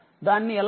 దాన్నిఎలా పొందడం